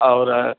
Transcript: और